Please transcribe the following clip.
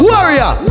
Warrior